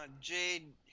Jade